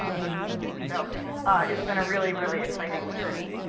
um which is cool. so it's been a really, really exciting journey.